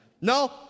No